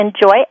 enjoy